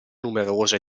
numerose